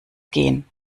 gehen